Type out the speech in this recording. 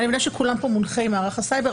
אני מבינה שכולם פה מונחי מערך הסייבר,